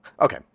Okay